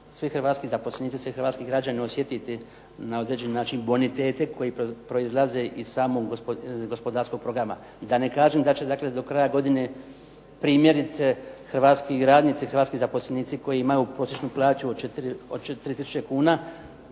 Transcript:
svi hrvatski zaposlenici, svi hrvatski građani osjetiti na određeni način bonitete koji proizlaze iz samog gospodarskog programa, da ne kažem da će dakle do kraja godine primjerice hrvatski radnici, hrvatski zaposlenici koji imaju prosječnu plaću od 4 tisuće kuna,